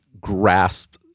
grasp